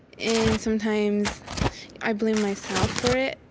and sometimes i blame myself for it.